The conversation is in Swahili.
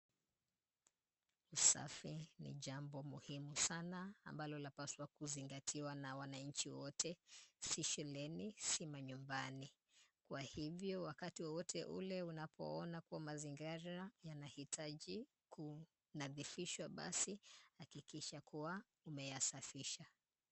Usafi ni jambo muhimu sana ambalo lapaswa kuzingatiwa na wananchi wote, si shuleni, si manyumbani. Kwa hivyo wakati wowote ule unapo ona kuwa mazingara yanahitaji kunadhifishwa basi, hakikisha kuwa umeyasafisha.